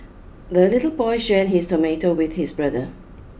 the little boy shared his tomato with his brother